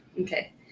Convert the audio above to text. Okay